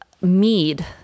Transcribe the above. mead